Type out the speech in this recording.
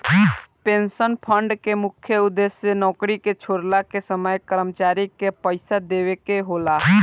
pension fund के मुख्य उद्देश्य नौकरी छोड़ला के समय कर्मचारी के पइसा देवेके होला